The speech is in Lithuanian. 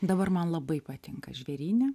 dabar man labai patinka žvėryne